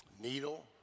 needle